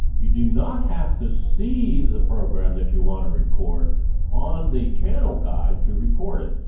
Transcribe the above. you do not have to see the program that you want to record on the channel guide to record it.